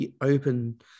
open